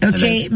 Okay